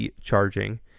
charging